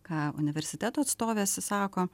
ką universiteto atstovės sako